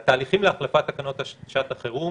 התהליכים להחלפת תקנות שעת החירום